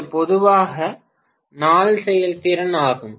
இது பொதுவாக நாள் செயல்திறன் ஆகும்